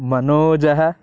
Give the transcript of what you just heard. मनोजः